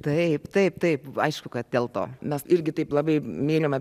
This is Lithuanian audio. taip taip taip aišku kad dėl to mes irgi taip labai mylime